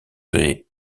des